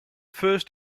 first